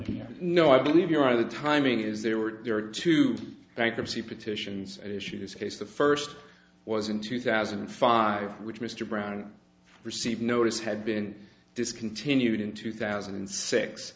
here no i believe you are the timing is they were there to bankruptcy petitions issued this case the first was in two thousand and five which mr brown received notice had been discontinued in two thousand and six